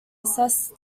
assess